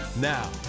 Now